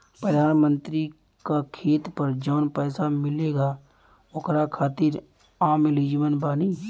प्रधानमंत्री का खेत पर जवन पैसा मिलेगा ओकरा खातिन आम एलिजिबल बानी?